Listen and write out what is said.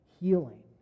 healing